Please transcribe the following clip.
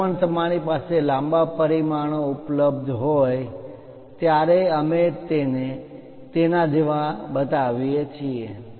જ્યારે પણ તમારી પાસે લાંબા પરિમાણો ઉપલબ્ધ હોય ત્યારે અમે તેને તેના જેવા બતાવીએ છીએ